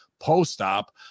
post-op